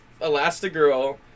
Elastigirl